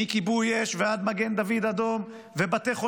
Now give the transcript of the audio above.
מכיבוי אש ועד מגן דוד אדום ובבתי חולים.